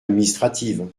administrative